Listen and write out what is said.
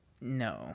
No